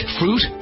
fruit